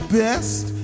best